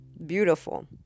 beautiful